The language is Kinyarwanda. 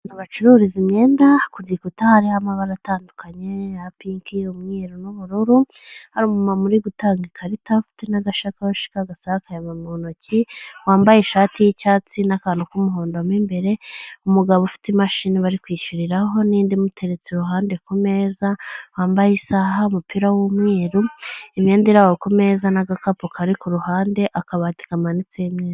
Ahantu bacururiza imyenda, ku gikuta hari amabara atandukanye aya pinki, umweru n'ubururu, hari umumama uri gutanga ikarita, ufite n'agashakoshi k'agasakame mu ntoki, wambaye ishati y'icyatsi n'akantu k'umuhondo mo imbere, umugabo ufite imashini bari kwishyuriraho n'indi imuteretse iruhande ku meza, wambaye isaha, umupira w'umweru, imyenda iri aho ku meza n'agakapu kari ku ruhande, akabati kamanitseho imyenda.